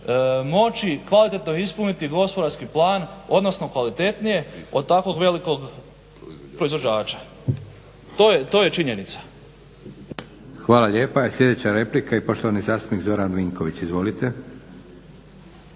moći kvalitetno ispuniti gospodarski plan, odnosno kvalitetnije od takvog velikog proizvođača. To je činjenica. **Leko, Josip (SDP)** Sljedeća replika i poštovani zastupnik Zoran Vinković. Izvolite.